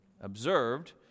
observed